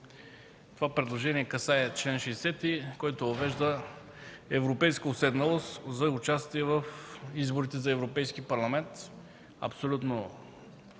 Това предложение касае чл. 60, който въвежда европейска уседналост за участие в изборите за Европейски парламент. За нас